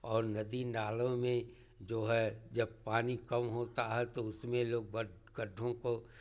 और नदी नालों में जो है जब पानी कम होता है तो उसमें लोग गड्ढों को